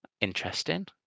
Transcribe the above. Interesting